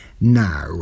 now